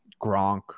Gronk